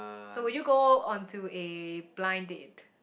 so would you go onto a blind date